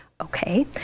Okay